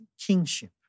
kingship